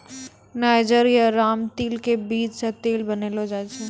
niger या रामतिल के बीज सॅ तेल बनैलो जाय छै